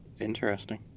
Interesting